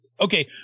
Okay